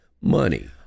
money